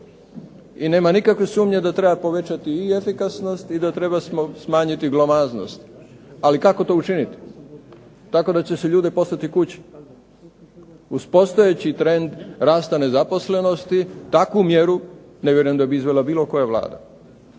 I nema nikakve sumnje da treba povećati i efikasnost i da treba smanjiti glomaznost. Ali kako to učiniti? Tako da će se ljude poslati kući. Uz postojeći trend rasta nezaposlenosti takvu mjeru ne vjerujem da bi izvela bilo koja vlada.